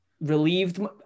relieved